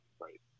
Right